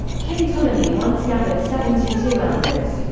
king ptolemy once gathered seventy two elders.